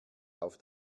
auf